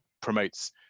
promotes